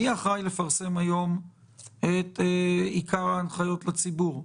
מי אחראי לפרסם היום את עיקרי ההנחיות לציבור?